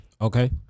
Okay